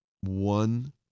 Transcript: one